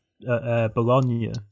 Bologna